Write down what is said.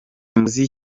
ati